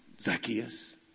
Zacchaeus